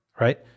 Right